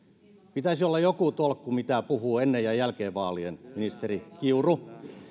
pitäisi olla joku tolkku mitä puhuu ennen ja jälkeen vaalien ministeri kiuru